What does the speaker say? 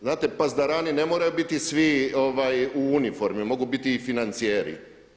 Znate pazdrarani ne moraju biti svi u uniformi, mogu biti i financijeri.